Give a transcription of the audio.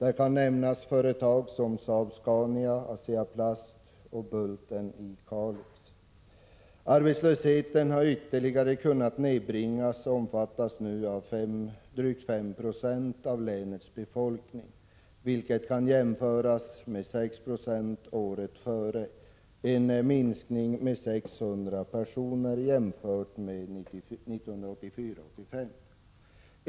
Där kan nämnas företag som Saab-Scania, Asea Plast och Bulten i Kalix. Arbetslösheten har ytterligare kunnat nedbringas och uppgår nu till 5,2 70 av länets befolkning. Detta skall jämföras med 6 96 året före och innebär en minskning med 600 personer jämfört med 1984/85.